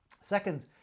second